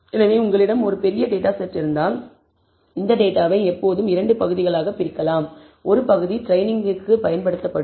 எனவே உங்களிடம் ஒரு பெரிய டேட்டா செட் இருந்தால் இந்தத் டேட்டாவை எப்போதும் 2 பகுதிகளாகப் பிரிக்கலாம் ஒரு பகுதி ட்ரெய்னிங்கிற்கு பயன்படுத்தப்படும்